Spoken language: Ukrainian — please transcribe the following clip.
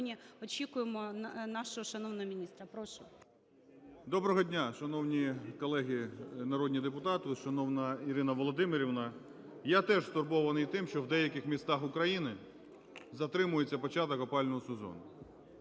Доброго дня, шановні колеги народні депутати, шановна Ірина Володимирівна! Я теж стурбований тим, що в деяких містах України затримується початок опалювального сезону.